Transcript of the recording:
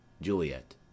Juliet